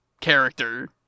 character